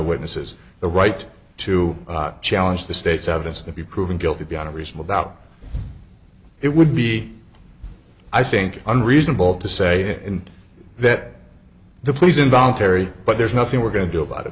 witnesses the right to challenge the state's evidence to be proven guilty beyond a reasonable doubt it would be i think unreasonable to say that the police involuntary but there's nothing we're going to do about it